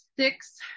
six